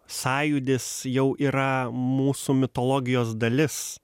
sąjūdis jau yra mūsų mitologijos dalis